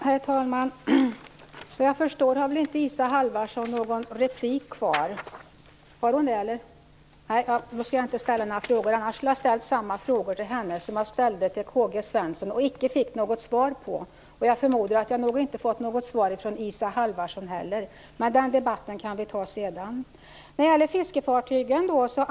Herr talman! Eftersom Isa Halvarsson inte har rätt till ytterligare replik skall jag inte ställa de frågor som jag ställde till Karl-Gösta Svenson och som jag icke fick svar på. Jag förmodar att jag inte skulle ha fått svar från Isa Halvarsson heller, men den debatten får vi väl ta senare.